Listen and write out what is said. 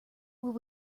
will